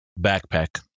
backpack